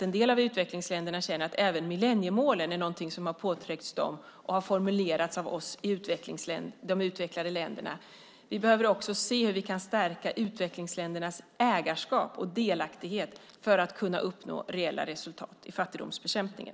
En del av utvecklingsländerna känner att även millenniemålen är något som har påtryckts dem och formulerats av oss, de utvecklade länderna. Vi behöver se hur vi kan stärka utvecklingsländernas ägarskap och delaktighet för att kunna uppnå reella resultat i fattigdomsbekämpningen.